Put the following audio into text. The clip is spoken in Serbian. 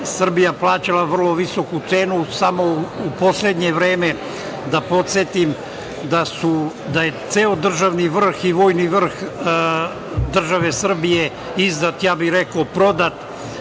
Srbija plaćala vrlo visoku cenu. Samo u poslednje vreme, da podsetim, da je ceo državni vrh i vojni vrh države Srbije izdat, ja bih rekao prodat.